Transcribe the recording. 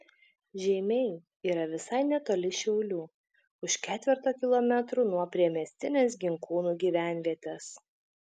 žeimiai yra visai netoli šiaulių už ketverto kilometrų nuo priemiestinės ginkūnų gyvenvietės